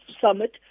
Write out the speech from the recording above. summit